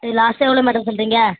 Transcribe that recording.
இது லாஸ்ட்டாக எவ்வளோ மேடம் சொல்லுறீங்க